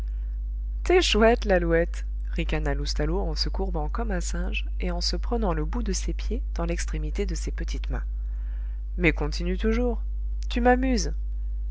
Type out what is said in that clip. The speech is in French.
t'es chouette lalouette ricana loustalot en se courbant comme un singe et en se prenant le bout de ses pieds dans l'extrémité de ses petites mains mais continue toujours tu m'amuses